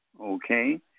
Okay